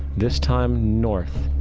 this time north,